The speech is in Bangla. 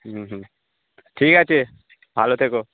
হুম হুম ঠিক আছে ভালো থেকো